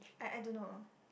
I I don't know